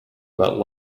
about